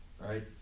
right